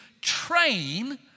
train